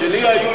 שלי היו,